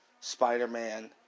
Spider-Man